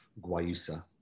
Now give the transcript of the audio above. guayusa